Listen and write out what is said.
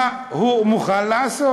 מה הוא מוכן לעשות.